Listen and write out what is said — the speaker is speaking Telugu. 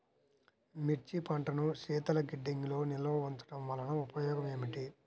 మిర్చి పంటను శీతల గిడ్డంగిలో నిల్వ ఉంచటం వలన ఉపయోగం ఏమిటి?